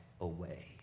away